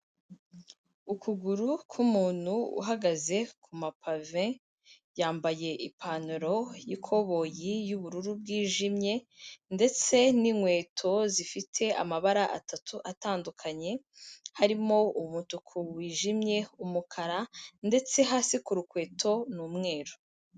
Ukuguru k'umuntu uhagaze ku mapave, yambaye ipantaro y'ikoboyi y'ubururu bwijimye ndetse n'inkweto zifite amabara atatu atandukanye, harimo umutuku wijimye, umukara ndetse hasi ku rukweto ni umweru.